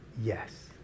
yes